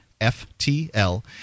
FTL